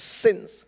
sins